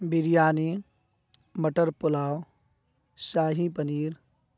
بریانی مٹر پلاؤ شاہی پنیر